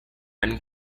and